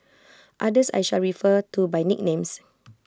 others I shall refer to by nicknames